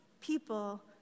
people